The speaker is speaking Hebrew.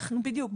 אנחנו בדיוק.